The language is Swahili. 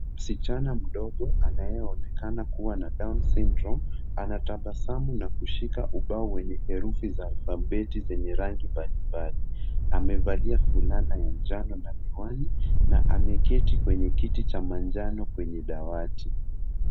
Msichana mdogo anayeonekana kuwa na down syndrome anatabasamu na kushika ubao wenye herufi za alfabeti zenye rangi mbalimbali. Amevalia fulana ya njano na miwani na ameketi kwenye kiti cha manjano kwenye dawati.